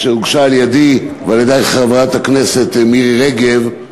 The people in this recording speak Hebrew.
אשר הוגשה על-ידי ועל-ידי חברת הכנסת מירי רגב.